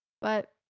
But-